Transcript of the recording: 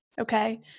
Okay